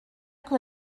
que